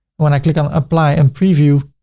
when i click on apply and preview,